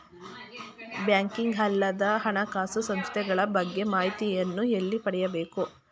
Banking ಅಲ್ಲದ ಹಣಕಾಸು ಸಂಸ್ಥೆಗಳ ಬಗ್ಗೆ ಮಾಹಿತಿಯನ್ನು ಎಲ್ಲಿ ಪಡೆಯಬೇಕು?